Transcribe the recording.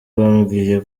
bambwiye